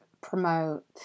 promote